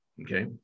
okay